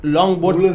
Longboard